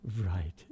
Right